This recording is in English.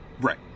Right